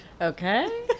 Okay